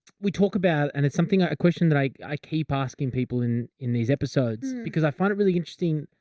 we talk about, and it's something that, a question that i i keep asking people in, in these episodes because i find it really interesting.